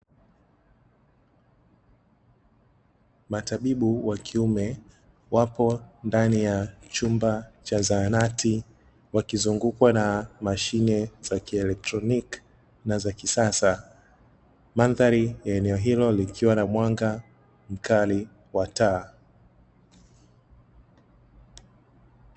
Matabibu wa kiume wapo ndani ya chumba cha zahanati, wakizungukwa na mashine za kieletroniki na za kisasa. Mandhari ya eneo hilo likiwa na mwanga mkali wa taa.